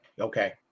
Okay